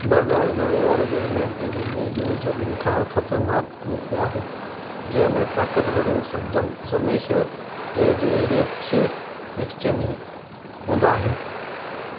मर्दाणे जोड़े वारो बैडमिंटन उने जो सभिनी खां ख़तरनाक रूप आहे जंहिं में ताक़तवर सम्झंप स्मैश तेजी लिफ्ट्स एक्सचेंज ई हूंदा आहिनि